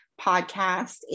podcast